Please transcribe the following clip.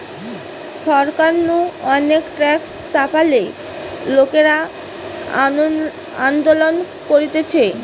সরকার নু অনেক ট্যাক্স চাপালে লোকরা আন্দোলন করতিছে